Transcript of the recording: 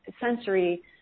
sensory